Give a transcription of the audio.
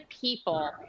people